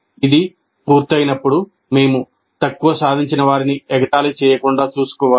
ఇది పూర్తయినప్పుడు మేము తక్కువ సాధించినవారిని ఎగతాళి చేయకుండా చూసుకోవాలి